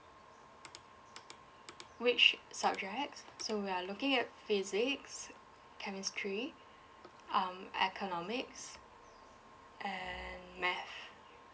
which subjects so we are looking at physics chemistry um economics and math